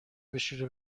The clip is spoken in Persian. بشوره